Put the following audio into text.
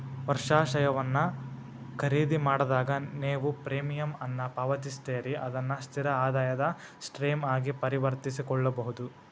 ವರ್ಷಾಶನವನ್ನ ಖರೇದಿಮಾಡಿದಾಗ, ನೇವು ಪ್ರೇಮಿಯಂ ಅನ್ನ ಪಾವತಿಸ್ತೇರಿ ಅದನ್ನ ಸ್ಥಿರ ಆದಾಯದ ಸ್ಟ್ರೇಮ್ ಆಗಿ ಪರಿವರ್ತಿಸಕೊಳ್ಬಹುದು